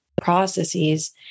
processes